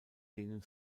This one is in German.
denen